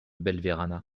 belverana